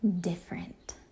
different